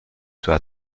soit